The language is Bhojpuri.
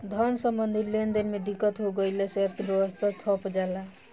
धन सम्बन्धी लेनदेन में दिक्कत हो गइला से अर्थव्यवस्था ठप पर जला